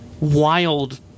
Wild